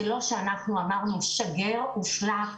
זה לא שאנחנו אמרנו: שגר ושלח,